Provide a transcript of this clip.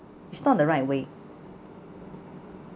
it's not the right way